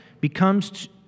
becomes